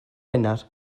wener